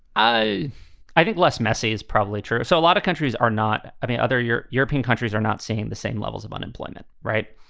i i think less messy is probably true. so a lot of countries are not. i mean, other european countries are not seeing the same levels of unemployment. right.